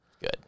Good